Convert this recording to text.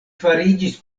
fariĝis